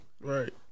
Right